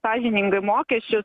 sąžiningai mokesčius